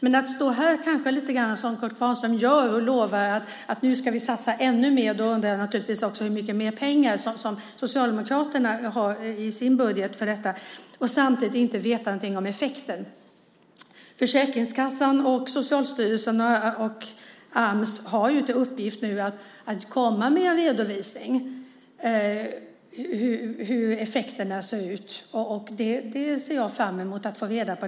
Men jag kan inte stå här som Kurt Kvarnström och lova att vi nu ska satsa ännu mer pengar om vi inte samtidigt vet något om effekten. Jag undrar naturligtvis hur mycket mer pengar Socialdemokraterna har i sin budget för detta. Försäkringskassan, Socialstyrelsen och Ams har i uppgift att nu komma med en redovisning av hur effekterna ser ut. Det ser jag fram emot.